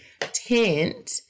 tent